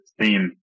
theme